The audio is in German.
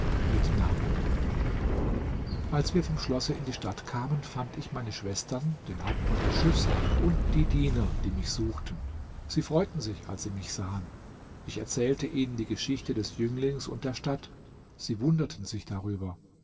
mitnahmen als wir vom schlosse in die stadt kamen fand ich meine schwestern den hauptmann des schiffs und die diener die mich suchten sie freuten sich als sie mich sahen ich erzählte ihnen die geschichte des jünglings und der stadt sie wunderten sich darüber